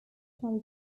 charity